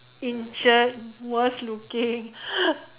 injured worst looking